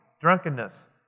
drunkenness